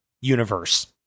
universe